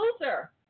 loser